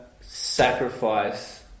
sacrifice